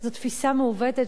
זאת תפיסה מעוותת,